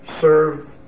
serve